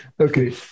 Okay